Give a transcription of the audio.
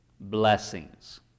blessings